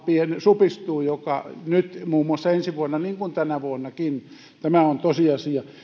supistuu muun muassa ensi vuonna niin kuin tänäkin vuonna tämä on tosiasia